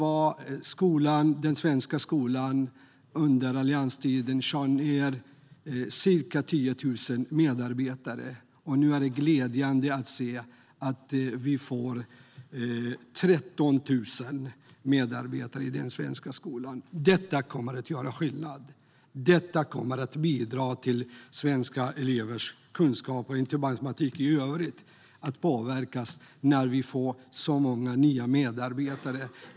Alliansen skar tidigare ned med ca 10 000 medarbetare. Nu är det glädjande att vi får 13 000 nya medarbetare i den svenska skolan. Det kommer att göra skillnad. Det kommer att bidra till svenska elevers kunskaper att vi får så många nya medarbetare.